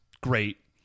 great